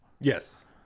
Yes